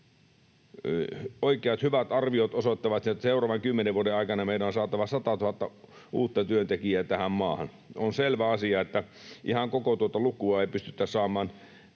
Oikeat, hyvät arviot osoittavat sen, että seuraavan kymmenen vuoden aikana meidän on saatava satatuhatta uutta työntekijää tähän maahan. On selvä asia, että ihan koko tuota lukua ei pystytä saamaan